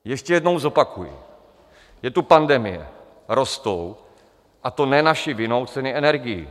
Ještě jednou zopakuji: Je tu pandemie, rostou, a to ne naší vinou, ceny energií.